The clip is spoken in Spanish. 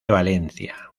valencia